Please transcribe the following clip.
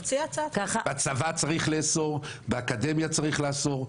בצבא צריך לאסור, באקדמיה צריך לאסור.